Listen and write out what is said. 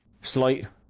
slight,